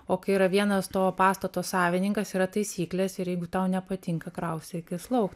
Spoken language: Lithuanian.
o kai yra vienas to pastato savininkas yra taisyklės ir jeigu tau nepatinka kraustykis lauk